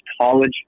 college